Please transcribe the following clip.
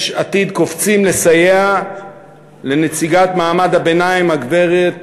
יש עתיד קופצים לסייע לנציגת מעמד הביניים, הגברת